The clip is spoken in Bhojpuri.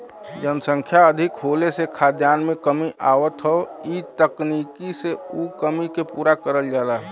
जनसंख्या अधिक होले से खाद्यान में कमी आवत हौ इ तकनीकी से उ कमी के पूरा करल जाला